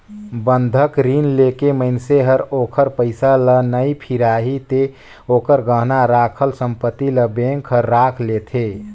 बंधक रीन लेके मइनसे हर ओखर पइसा ल नइ फिराही ते ओखर गहना राखल संपति ल बेंक हर राख लेथें